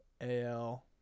AL